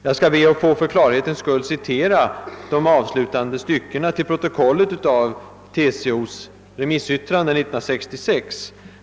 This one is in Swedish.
Jag ber att för klarhetens skull få citera de avslutande styckena i TCO:s remissyttrande av år 1966.